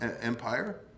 empire